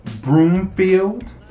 Broomfield